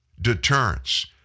Deterrence